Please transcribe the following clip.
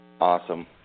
Awesome